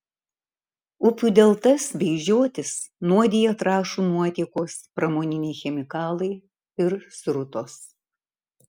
upių deltas bei žiotis nuodija trąšų nuotėkos pramoniniai chemikalai ir srutos